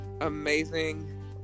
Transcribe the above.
amazing